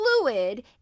fluid